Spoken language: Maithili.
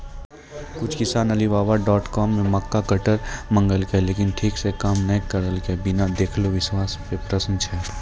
कुछ किसान अलीबाबा डॉट कॉम से मक्का कटर मंगेलके लेकिन ठीक से काम नेय करलके, बिना देखले विश्वास पे प्रश्न छै?